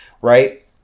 right